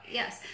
yes